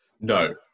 No